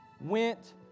went